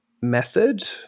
method